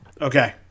Okay